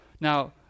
Now